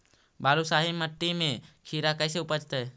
बालुसाहि मट्टी में खिरा कैसे उपजतै?